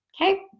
okay